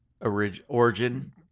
Origin